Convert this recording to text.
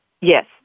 yes